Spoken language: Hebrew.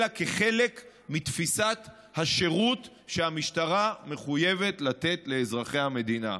אלא כחלק מתפיסת השירות שהמשטרה מחויבת לתת לאזרחי המדינה.